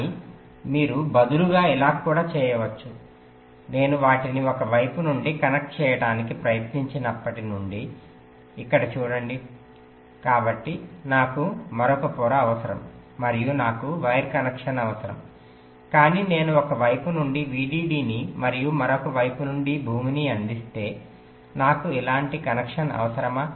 కానీ మీరు బదులుగా ఇలా కూడా చేయవచ్చు నేను వాటిని ఒక వైపు నుండి కనెక్ట్ చేయడానికి ప్రయత్నించినప్పటి నుండి ఇక్కడ చూడండి కాబట్టి నాకు మరొక పొర అవసరం మరియు నాకు వైర్ కనెక్షన్ అవసరం కానీ నేను ఒక వైపు నుండి VDD ని మరియు మరొక వైపు నుండి భూమిని అందిస్తే నాకు ఇలాంటి కనెక్షన్ అవసరమా